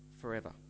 forever